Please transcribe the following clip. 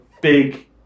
big